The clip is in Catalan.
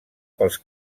pels